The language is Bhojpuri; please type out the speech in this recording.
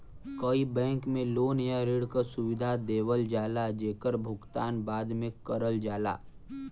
कई बैंक में लोन या ऋण क सुविधा देवल जाला जेकर भुगतान बाद में करल जाला